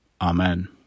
Amen